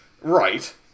Right